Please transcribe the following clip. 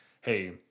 hey